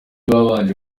babanje